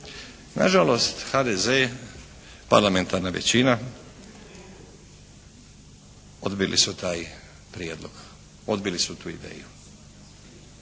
Nažalost, HDZ je parlamentarna većina, odbili su taj prijedlog, odbili su tu ideju